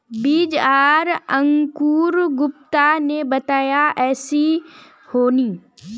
बीज आर अंकूर गुप्ता ने बताया ऐसी होनी?